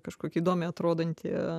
kažkokį įdomiai atrodantį